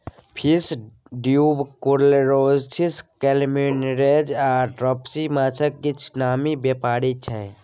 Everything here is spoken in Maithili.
फिश ट्युबरकुलोसिस, काल्युमनेरिज आ ड्रॉपसी माछक किछ नामी बेमारी छै